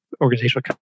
organizational